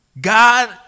God